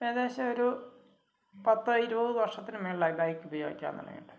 ഏകദേശം ഒരു പത്ത് ഇരുപത് വര്ഷത്തിന് മുകളിലായി ബൈക്കുപയോഗിക്കാന് തുടങ്ങിട്ടൊക്കെ